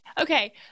Okay